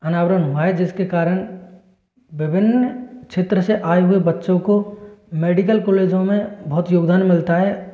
अनावरण हुआ है जिसके कारण विभिन्न क्षेत्र से आए हुए बच्चों को मेडिकल कॉलेजों में बहुत योगदान मिलता है